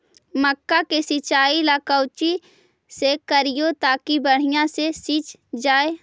मक्का के सिंचाई ला कोची से करिए ताकी बढ़िया से सींच जाय?